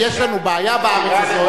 יש לנו בעיה בארץ הזאת.